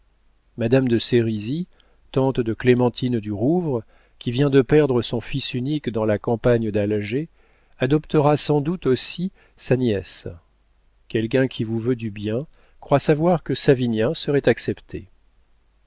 madame de sérizy tante de clémentine du rouvre qui vient de perdre son fils unique dans la campagne d'alger adoptera sans doute aussi sa nièce quelqu'un qui vous veut du bien croit savoir que savinien serait accepté